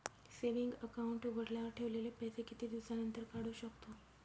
Saving account उघडल्यावर ठेवलेले पैसे किती दिवसानंतर काढू शकतो?